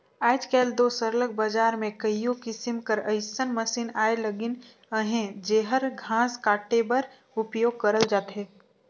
आएज काएल दो सरलग बजार में कइयो किसिम कर अइसन मसीन आए लगिन अहें जेहर घांस काटे बर उपियोग करल जाथे